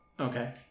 Okay